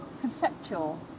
conceptual